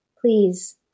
please